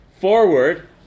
forward